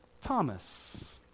Thomas